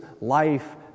life